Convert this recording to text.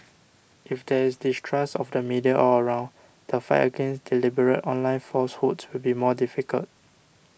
if there is distrust of the media all around the fight against deliberate online falsehoods will be more difficult